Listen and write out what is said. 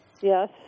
Yes